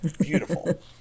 beautiful